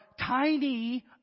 tiny